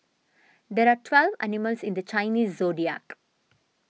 there are twelve animals in the Chinese zodiac